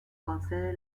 concede